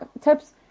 tips